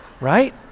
Right